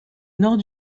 nord